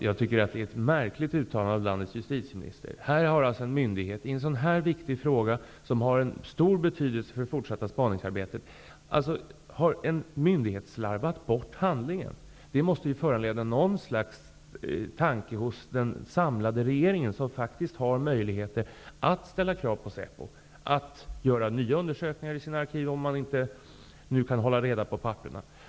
Herr talman! Det är ett märkligt uttalande av landets justitieminister. Här har en myndighet, i en mycket viktig fråga som har stor betydelse för det fortsatta spaningsarbetet, slarvat bort handlingen. Det måste ju föranleda någon tanke hos den samlade regeringen. Den har ju faktiskt möjligheter att ställa krav på SÄPO att göra nya undersökningar i sina arkiv om man inte kan hålla reda på papperen.